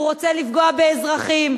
הוא רוצה לפגוע באזרחים,